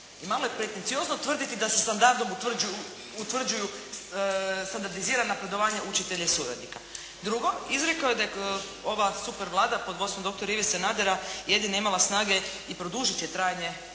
Malo je pretenciozno tvrditi da se standardom utvrđuju standardizirana napredovanja učitelja i suradnika. Drugo, izrekao je ova super Vlada pod vodstvom dr. Ive Sanadera jedina imala snage i produžiti će trajanje